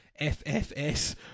FFS